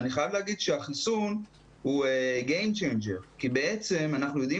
אני חייב להגיד שהחיסון הוא Game changer כי בעצם אנחנו יודעים